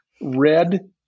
red